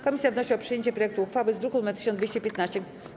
Komisja wnosi o przyjęcie projektu uchwały z druku nr 1215.